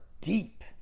deep